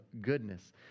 goodness